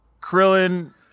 Krillin